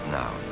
now